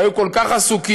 שהיו כל כך עסוקים